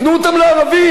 תנו אותם לערבים,